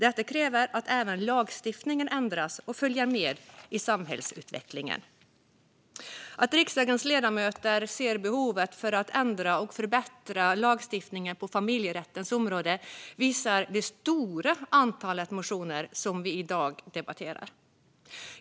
Detta kräver att även lagstiftningen ändras och följer med i samhällsutvecklingen. Att riksdagens ledamöter ser behovet av att ändra och förbättra lagstiftningen på familjerättens område visas av det stora antalet motioner som vi i dag debatterar.